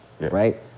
right